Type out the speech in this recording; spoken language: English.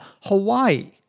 Hawaii